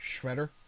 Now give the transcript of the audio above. Shredder